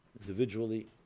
individually